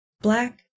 black